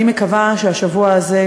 אני מקווה שבשבוע הזה,